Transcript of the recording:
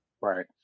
Right